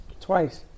Twice